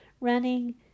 running